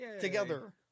together